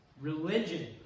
religion